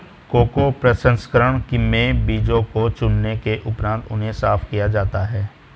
cocoa प्रसंस्करण में बीजों को चुनने के उपरांत उन्हें साफ किया जाता है